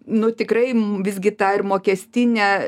nu tikrai visgi ta ir mokestinė